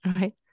right